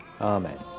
Amen